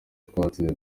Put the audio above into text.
twatsinze